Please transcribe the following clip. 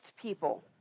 people